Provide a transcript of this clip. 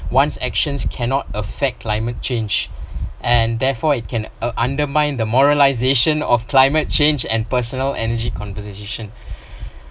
one's actions cannot affect climate change and therefore it can undermine the moralisation of climate change and personal energy composition